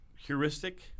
heuristic